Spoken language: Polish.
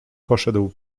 poszedł